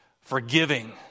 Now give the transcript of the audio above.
forgiving